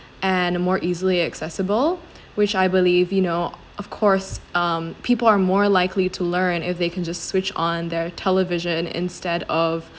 and more easily accessible which I believe you know of course um people are more likely to learn if they can just switch on their television instead of